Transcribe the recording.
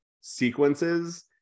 sequences